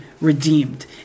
redeemed